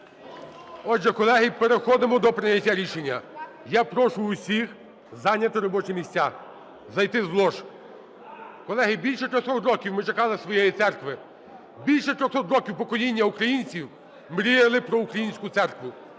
Отже, колеги, переходимо до прийняття рішення. Я прошу усіх зайняти робочі місця, зайти з лож. Колеги, більше 300 років ми чекали своєї церкви. Більше 300 років покоління українців мріяли про українську церкву.